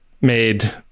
made